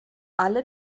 alle